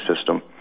system